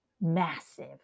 massive